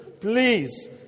please